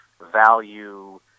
value